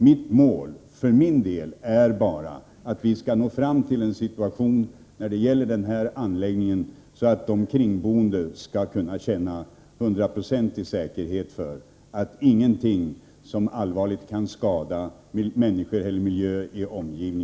Mitt mål är att vi skall nå fram till att situationen när det gäller denna anläggning blir sådan att de omkringboende kan känna hundraprocentig säkerhet för att ingenting skall behöva inträffa som allvarligt kan skada människorna eller miljön.